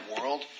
world